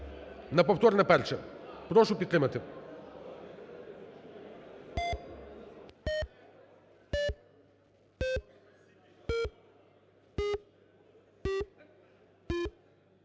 на повторне перше, прошу підтримати.